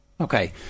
Okay